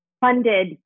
funded